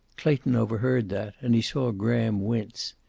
clayton overheard that, and he saw graham wince.